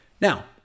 Now